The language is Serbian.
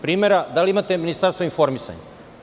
Primer, da li imate Ministarstvo informisanja?